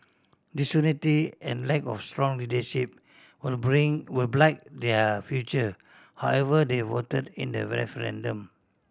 disunity and lack of strong leadership will bring will blight their future however they voted in the referendum